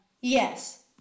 yes